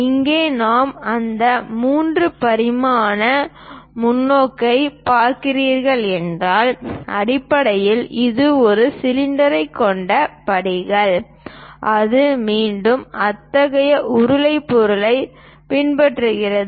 இங்கே நாம் அந்த 3 பரிமாண முன்னோக்கைப் பார்க்கிறீர்கள் என்றால் அடிப்படையில் இது ஒரு சிலிண்டரைக் கொண்ட படிகள் அது மீண்டும் அத்தகைய உருளை பொருளைப் பின்பற்றுகிறது